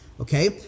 Okay